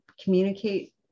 communicate